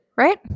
right